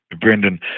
Brendan